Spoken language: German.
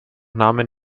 nahmen